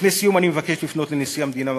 לפני סיום אני מבקש לפנות לנשיא המדינה,